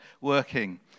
working